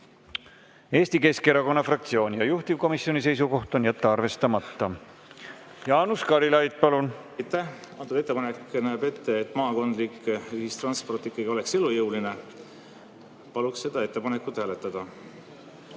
Eesti Keskerakonna fraktsioon. Juhtivkomisjoni seisukoht on jätta arvestamata. Jaanus Karilaid, palun! Aitäh! Antud ettepanek näeb ette, et maakondlik ühistransport ikkagi oleks elujõuline. Paluks seda ettepanekut hääletada.